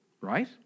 Right